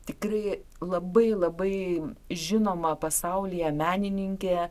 tikrai labai labai žinoma pasaulyje menininkė